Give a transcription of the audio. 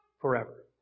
forever